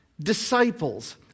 disciples